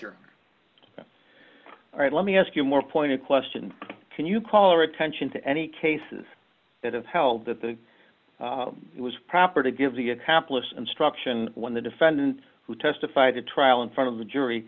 you're all right let me ask you more pointed questions can you call your attention to any cases that have held that the was proper to give the hapless instruction when the defendant who testified at trial in front of the jury